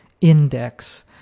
index